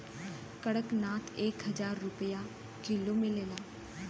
कड़कनाथ एक हजार रुपिया किलो मिलेला